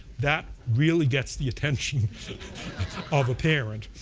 that really gets the attention of a parent.